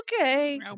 Okay